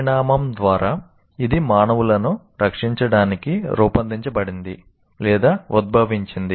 పరిణామం ద్వారా ఇది మానవులను రక్షించడానికి రూపొందించబడింది లేదా ఉద్భవించింది